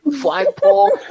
flagpole